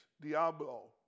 Diablo